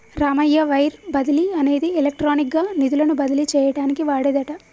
Ramayya wire బదిలీ అనేది electronic గా నిధులను బదిలీ చేయటానికి వాడేదట